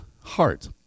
heart